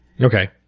Okay